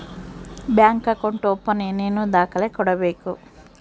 Bank account open ಏನೇನು ದಾಖಲೆ ಕೊಡಬೇಕು?